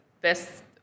best